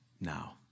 now